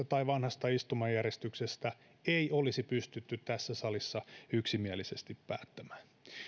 tai vanhasta istumajärjestyksestä ei olisi pystytty tässä salissa yksimielisesti päättämään